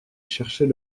chercher